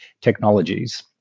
technologies